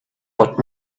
but